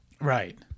right